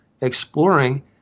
exploring